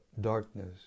darkness